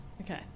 okay